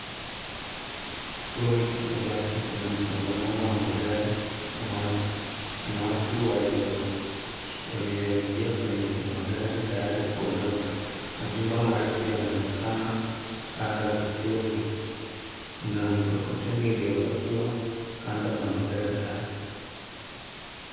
Kituo hiki cha basi kina msongamano wa magari na watu. Kuna watu walioingia kwenye magari tayari kuondoka. Majumba marefu yanaonekana kando ya kituo hiki. Kuna mikokoteni iliyopakiwa kando na magari haya.